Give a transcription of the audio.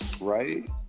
Right